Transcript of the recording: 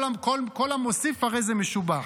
כל המוסיף הרי זה משובח.